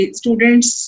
students